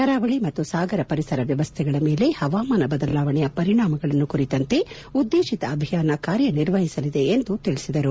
ಕರಾವಳಿ ಮತ್ತು ಸಾಗರ ಪರಿಸರ ವ್ಯವಸ್ಸೆಗಳ ಮೇಲೆ ಹವಾಮಾನ ಬದಲಾವಣೆಯ ಪರಿಣಾಮಗಳನ್ನು ಕುರಿತಂತೆ ಉದ್ದೇಶಿತ ಅಭಿಯಾನ ಕಾರ್ಯ ನಿರ್ವಹಿಸಲಿದೆ ಎಂದು ತಿಳಿಸಿದರು